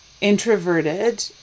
introverted